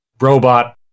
robot